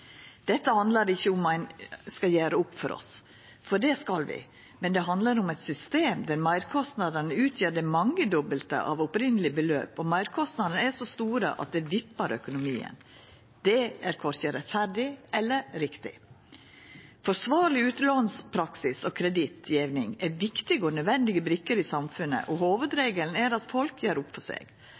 Dette handlar ikkje om at ein ikkje skal gjera opp for seg, for det skal ein. Men det handlar om eit system der meirkostnadene utgjer det mangedobbelte av det opphavlege beløpet, og meirkostnadene er så store at det vippar økonomien. Det er korkje rettferdig eller riktig. Forsvarleg utlånspraksis og kredittgjeving er viktige og nødvendige brikker i samfunnet, og hovudregelen er at folk gjer opp for seg.